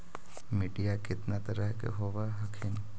मिट्टीया कितना तरह के होब हखिन?